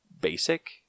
basic